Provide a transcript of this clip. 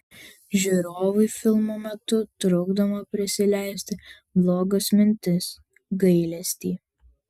žiūrovui filmo metu trukdoma prisileisti blogas mintis gailestį